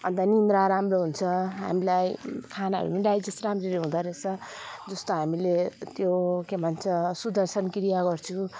अन्त निद्रा राम्रो हुन्छ हामीलाई खानाहरू पनि डाइजेस्ट राम्ररी हुँदो रहेछ जस्तो हामीले त्यो के भन्छ सुदर्शन क्रिया गर्छु